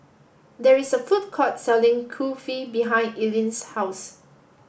there is a food court selling Kulfi behind Eileen's house